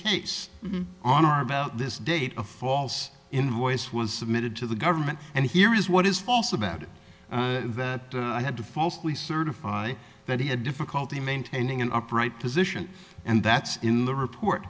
case on are about this date a false invoice was submitted to the government and here is what is false about it that i had to falsely certify that he had difficulty maintaining an upright position and that's in the report